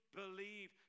believe